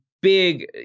big